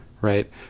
right